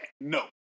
no